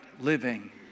living